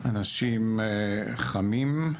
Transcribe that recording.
אנשים חמים,